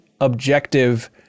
objective